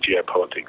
geopolitics